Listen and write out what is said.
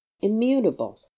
immutable